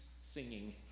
singing